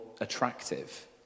attractive